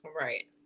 Right